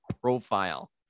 Profile